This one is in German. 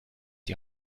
die